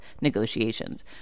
negotiations